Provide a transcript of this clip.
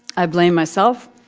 i blamed myself.